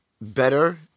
better